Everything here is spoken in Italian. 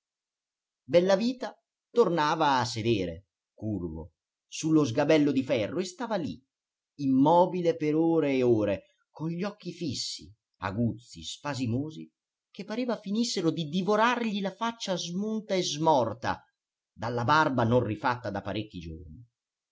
mosche bellavita tornava a sedere curvo su lo sgabello di ferro e stava lì immobile per ore e ore con gli occhi fissi aguzzi spasimosi che pareva finissero di divorargli la faccia smunta e smorta dalla barba non rifatta da parecchi giorni